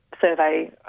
survey